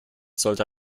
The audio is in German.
sollte